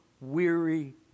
weary